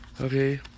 Okay